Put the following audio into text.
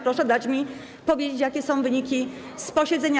Proszę dać mi powiedzieć, jakie są wyniki posiedzenia.